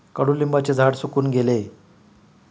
कडुलिंबाचे झाड सुकून गेले